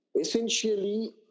essentially